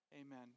Amen